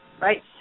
right